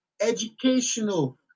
educational